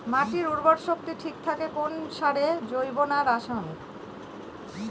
মাটির উর্বর শক্তি ঠিক থাকে কোন সারে জৈব না রাসায়নিক?